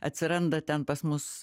atsiranda ten pas mus